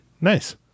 Nice